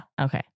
Okay